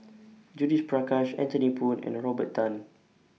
Judith Prakash Anthony Poon and Robert Tan